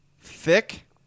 thick